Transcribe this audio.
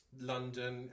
London